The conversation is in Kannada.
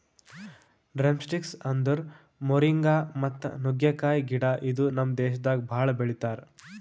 ಡ್ರಮ್ಸ್ಟಿಕ್ಸ್ ಅಂದುರ್ ಮೋರಿಂಗಾ ಮತ್ತ ನುಗ್ಗೆಕಾಯಿ ಗಿಡ ಇದು ನಮ್ ದೇಶದಾಗ್ ಭಾಳ ಬೆಳಿತಾರ್